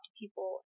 people